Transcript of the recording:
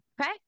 Okay